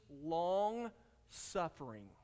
long-suffering